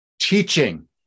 teaching